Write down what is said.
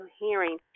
hearing